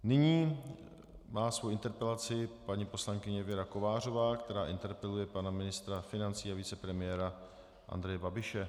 Nyní má svoji interpelaci paní poslankyně Věra Kovářová, která interpeluje pana ministra financí a vicepremiéra Andreje Babiše.